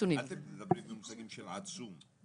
אל תדברי במושגים של "עצום".